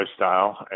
lifestyle